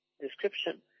description